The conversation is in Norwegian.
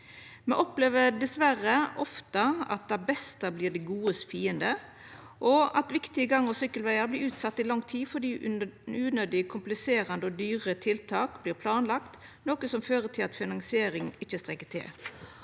Me opplever dessverre ofte at det beste vert det godes fiende, og at viktige gang- og sykkelvegar vert utsette i lang tid fordi unødig kompliserande og dyre tiltak vert planlagde, noko som fører til at finansieringa ikkje strekkjer til.